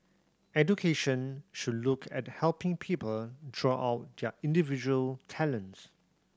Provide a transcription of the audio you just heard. education should look at helping people draw out their individual talents